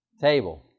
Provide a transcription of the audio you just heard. table